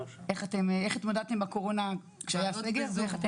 איך התמודדתם עם הקורונה כשהיה סגר?